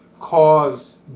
cause